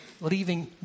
leaving